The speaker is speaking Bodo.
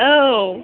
औ